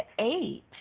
eight